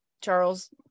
Charles